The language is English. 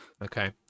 Okay